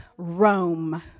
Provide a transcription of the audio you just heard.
Rome